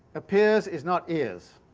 appears is not is,